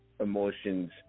emotions